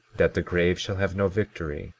that the grave shall have no victory,